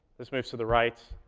this moves to the right.